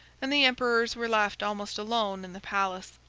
and the emperors were left almost alone in the palace.